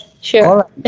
sure